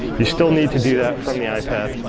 you still need to do that from the ipad.